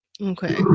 Okay